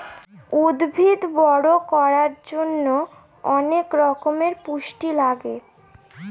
উদ্ভিদ বড়ো করার জন্য অনেক রকমের পুষ্টি লাগে